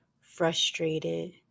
frustrated